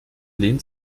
lehnt